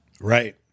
Right